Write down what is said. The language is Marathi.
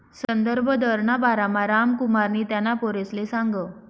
संदर्भ दरना बारामा रामकुमारनी त्याना पोरसले सांगं